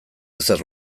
ezer